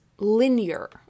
linear